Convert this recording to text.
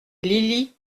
lily